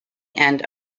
end